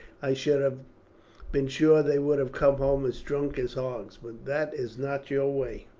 i should have been sure they would have come home as drunk as hogs but that is not your way.